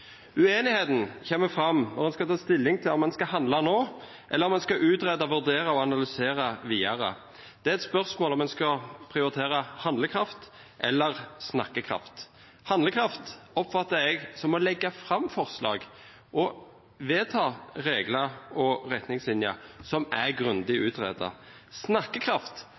Uenigheten kommer fram når en skal ta stilling til om en skal handle nå, eller om en skal utrede, vurdere og analysere videre. Det er et spørsmål om en skal prioritere handlekraft eller snakkekraft. Handlekraft oppfatter jeg som å legge fram forslag og vedta regler og retningslinjer – som er grundig utredet. Snakkekraft